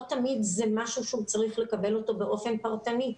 לא תמיד זה משהו שהוא צריך לקבל אותו באופן פרטני.